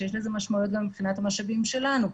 שיש לזה משמעויות גם מבחינת המשאבים שלנו: